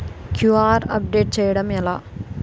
QR update చేయడం ఎలా?